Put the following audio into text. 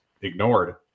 ignored